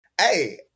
hey